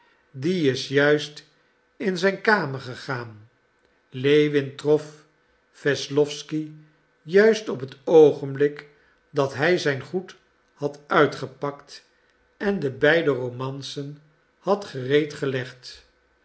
die is juist in zijn kamer gegaan lewin trof wesslowsky juist op het oogenblik dat hij zijn goed had uitgepakt en de beide romancen had gereed gelegd